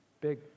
big